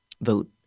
vote